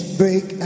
break